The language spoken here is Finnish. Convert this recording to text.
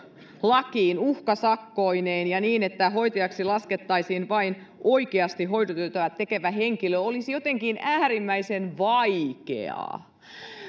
lakiin uhkasakkoineen ja niin että hoitajaksi laskettaisiin vain oikeasti hoitotyötä tekevä henkilö olisi jotenkin äärimmäisen vaikeaa